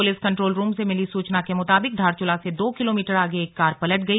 police control room से मिली सूचना के मुताबिक धारचूला से दो किलोमीटर आगे एक कार पलट गई